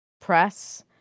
press